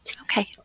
Okay